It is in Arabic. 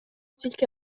تلك